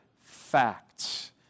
facts